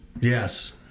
Yes